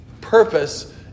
purpose